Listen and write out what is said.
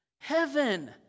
Heaven